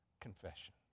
confession